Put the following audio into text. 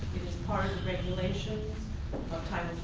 it is part of the regulations of title